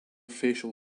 facial